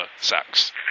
sex